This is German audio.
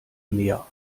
mehr